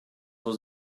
was